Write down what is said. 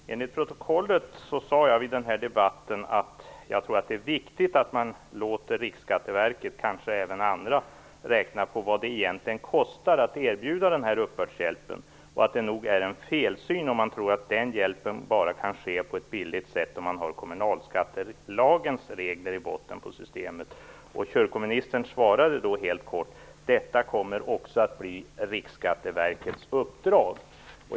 Herr talman! Enligt protokollet sade jag vid den här debatten: "Jag tror att det är viktigt att man i så fall låter Riksskatteverket, kanske även andra, räkna på vad det egentligen kostar att erbjuda den här uppbördshjälpen. Det är nog en felsyn om man tror att den hjälpen bara kan ske på ett billigt sätt om man har kommunalskattelagens regler i botten på systemet." Kyrkoministern svarade då helt kort: "Detta kommer också att bli Riksskatteverkets uppdrag."